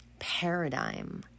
paradigm